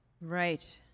Right